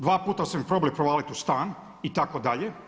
Dva puta su mi probali provaliti u stan itd.